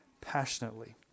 passionately